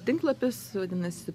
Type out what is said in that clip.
tinklapis vadinasi